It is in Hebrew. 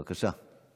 בבקשה.